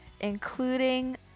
including